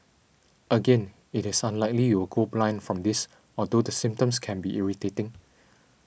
again it is unlikely you will go blind from this although the symptoms can be irritating